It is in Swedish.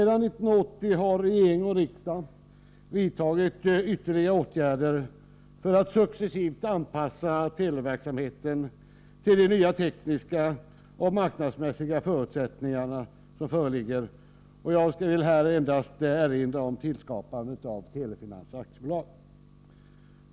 Därefter har regering och riksdag vidtagit ytterligare åtgärder för att successivt anpassa televerksamheten till de nya tekniska och marknadsmässiga förutsättningarna. Jag vill här endast erinra om tillskapandet av Telefinans AB.